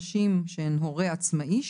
נשים שהן הורה עצמאי,